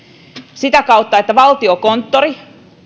sitä kautta että valtiokonttori